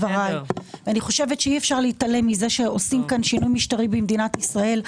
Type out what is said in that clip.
אני חושבת שאי אפשר להתעלם מזה שעושים כאן שינוי משטרי במדינת ישראל.